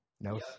No